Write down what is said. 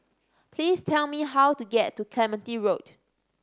please tell me how to get to Clementi Road